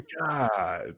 God